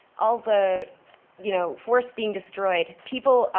all the you know forests being destroyed, people,